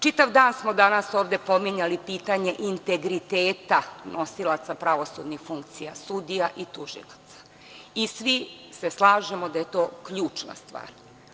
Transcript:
Čitav dan smo danas ovde pominjali pitanje integriteta nosilaca pravosudnih funkcija, sudija i tužilaca i svi se slažemo da je to ključna stvar.